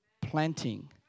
planting